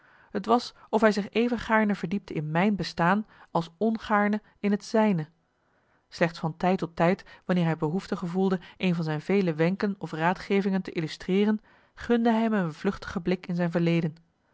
t was of hij zich even gaarne verdiepte in mijn bestaan als ongaarne in het zijne slechts van tijd tot tijd wanneer hij behoefte gevoelde een van zijn vele wenken of raadgevingen te illustreeren gunde hij me een vluchtige blik in zijn verleden